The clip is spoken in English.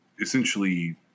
essentially